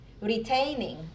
retaining